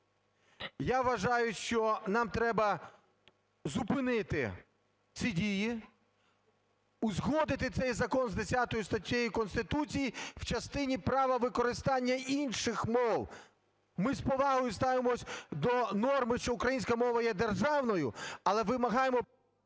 Я вважаю, що нам треба зупинити ці дії, узгодити цей закон з 10 статтею Конституції в частині права використання інших мов. Ми з повагою ставимося до норми, що українська мова є державною, але вимагаємо…